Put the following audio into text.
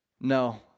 no